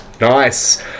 Nice